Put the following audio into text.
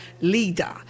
leader